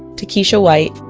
takeesha white,